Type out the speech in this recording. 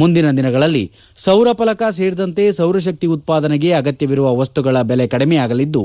ಮುಂದಿನ ದಿನಗಳಲ್ಲಿ ಸೌರಫಲಕ ಸೇರಿದಂತೆ ಸೌರಶಕ್ತಿ ಉತ್ಪಾನೆಗೆ ಅಗತ್ಲವಿರುವ ವಸ್ತುಗಳ ಬೆಲೆ ಕಡಿಮೆಯಾಗಲಿದ್ದು